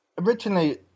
originally